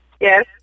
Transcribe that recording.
Yes